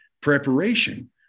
preparation